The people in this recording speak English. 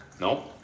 No